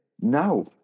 No